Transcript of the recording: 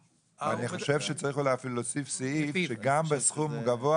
אני חושב שצריך אולי להוסיף סעיף שגם בסכום גבוה